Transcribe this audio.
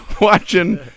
watching